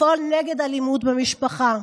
לפעול נגד אלימות במשפחה.